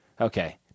Okay